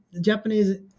Japanese